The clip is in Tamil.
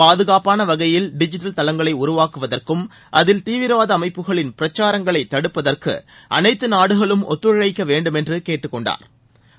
பாதுகாப்பாள வகையில் டிஜிட்டல் தளங்களை உருவாக்குவதற்கும் அதில் தீவிரவாத அமைப்புகளின் பிரச்சாரங்களை தடுப்பதற்கு அனைத்து நாடுகளும் ஒத்துழைக்க வேண்டுமென்று கேட்டுக்கொண்டாா்